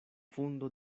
fundo